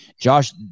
Josh